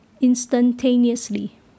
instantaneously